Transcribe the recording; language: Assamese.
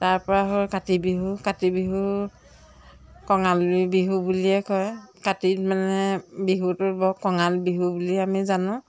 তাৰপৰা হ'ল কাতি বিহু কাতি বিহু কঙালী বিহু বুলিয়ে কয় কাতিত মানে বিহুটো বৰ কঙাল বিহু বুলিয়ে আমি জানো